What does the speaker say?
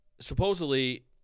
supposedly –